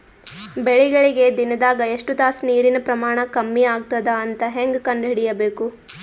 ಬೆಳಿಗಳಿಗೆ ದಿನದಾಗ ಎಷ್ಟು ತಾಸ ನೀರಿನ ಪ್ರಮಾಣ ಕಮ್ಮಿ ಆಗತದ ಅಂತ ಹೇಂಗ ಕಂಡ ಹಿಡಿಯಬೇಕು?